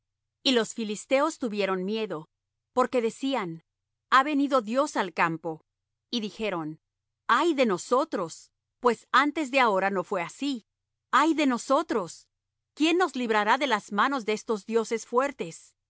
y los filisteos tuvieron miedo porque decían ha venido dios al campo y dijeron ay de nosotros pues antes de ahora no fué así ay de nosotros quién nos librará de las manos de estos dioses fuertes